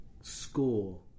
score